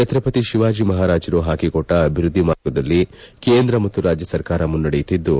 ಚಕ್ರಪತಿ ಶಿವಾಜಿ ಮಹಾರಾಜರು ಪಾಕಿಕೊಟ್ಟ ಅಭಿವೃದ್ಧಿ ಮಾರ್ಗದಲ್ಲಿ ಕೇಂದ್ರ ಮತ್ತು ರಾಜ್ಯ ಸರ್ಕಾರ ಮುನ್ನಡೆಯುತ್ತಿದ್ದು